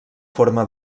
forma